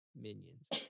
minions